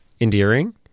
endearing